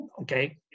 Okay